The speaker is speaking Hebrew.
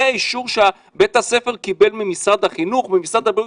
האישור שבית הספר קיבל ממשרד החינוך וממשרד הבריאות.